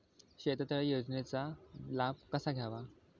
शेततळे योजनेचा लाभ कसा घ्यावा?